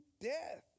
death